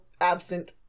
absent